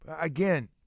Again